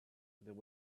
there